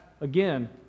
again